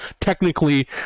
technically